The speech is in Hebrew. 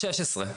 שישה עשר.